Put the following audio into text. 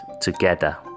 together